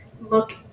look